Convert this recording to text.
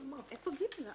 איפה (ג)?